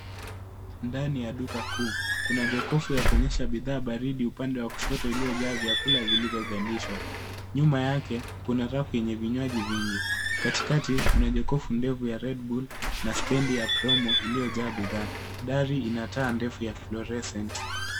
Ndani ya duka kuu. Kuna jokofu ya kuonyesha bidhaa baridi upande wa kushoto iliyojaa vyakula vilivyogandishwa. Nyuma yake kuna rafu yenye vinywaji vingi. Katikati kuna jokofu ndefu ya Red Bull na stendi ya promo iliyojaa bidhaa. Dari ina taa ndefu ya florescent .